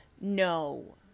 no